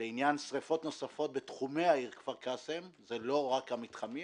לעניין שריפות נוספות בתחומי העיר כפר קאסם זה לא רק המתחמים,